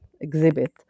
exhibit